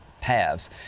paths